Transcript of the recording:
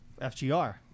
FGR